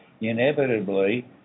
inevitably